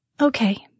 Okay